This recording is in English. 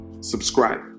subscribe